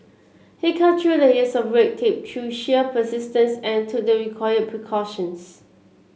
he cut through layers of red tape through sheer persistence and took the required precautions